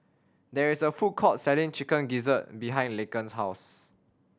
there is a food court selling Chicken Gizzard behind Laken's house